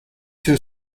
two